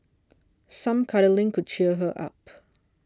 some cuddling could cheer her up